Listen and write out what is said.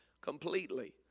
completely